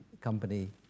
company